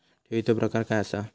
ठेवीचो प्रकार काय असा?